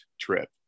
trip